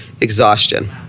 exhaustion